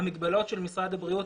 המגבלות של משרד הבריאות,